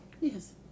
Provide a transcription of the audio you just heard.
Yes